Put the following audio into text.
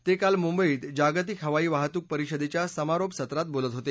ते काल मुंबईत जागतिक हवाई वाहतूक परिषदेच्या समारोपाच्या सत्रात बोलत होते